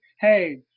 hey